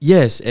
Yes